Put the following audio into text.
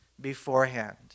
beforehand